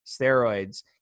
steroids